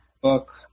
book